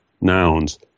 nouns